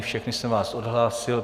Všechny jsem vás odhlásil.